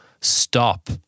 stop